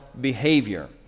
behavior